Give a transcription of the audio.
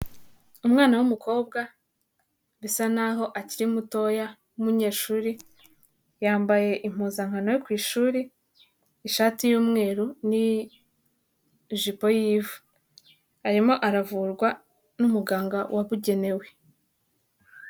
Umwana w'umukobwa bisa naho akiri mutoya w'umunyeshuri, yambaye impuzankano yo ku ishuri ishati y'umweru n'jipo y'ivu, arimo aravurwa n'umuganga wabugenewe.